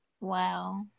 wow